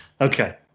okay